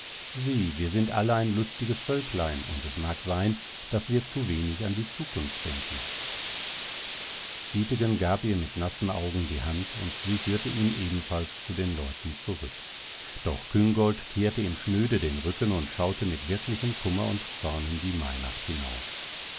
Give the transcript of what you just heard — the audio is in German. sieh wir sind alle ein lustiges völklein und es mag sein daß wir zu wenig an die zukunft denken dietegen gab ihr mit nassen augen die hand und sie führte ihn ebenfalls zu den leuten zurück doch küngolt kehrte ihm schnöde den rücken und schaute mit wirklichem kummer und zorn in die mainacht hinaus